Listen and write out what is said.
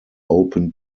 open